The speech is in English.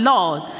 Lord